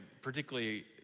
particularly